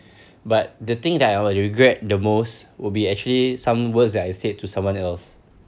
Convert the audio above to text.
but the thing that I will regret the most will be actually some words that I said to someone else